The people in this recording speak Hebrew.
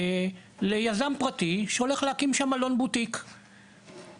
ליזם פרטי שהולך להקים שם מלון בוטיק ואני